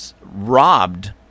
robbed